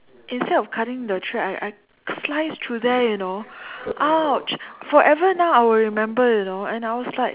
instead of the cutting the thread I I sliced through there you know !ouch! forever now I will remember you know and I was like